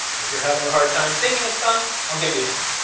if you're having a hard time thinking of some, i'll give you a hint.